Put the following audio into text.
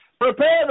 Prepare